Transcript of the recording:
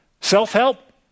Self-help